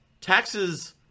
taxes